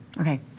Okay